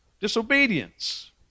Disobedience